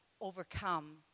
overcome